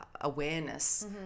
awareness